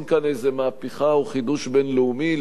כאן איזה מהפכה או חידוש בין-לאומי.